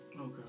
Okay